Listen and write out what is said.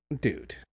dude